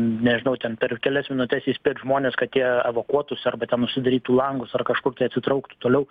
nežinau ten per kelias minutes įspėt žmones kad jie evakuotųsi arba tam užsidarytų langus ar kažkur tai atsitrauktų toliau